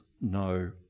no